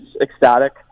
ecstatic